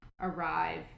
arrive